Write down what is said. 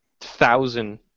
thousand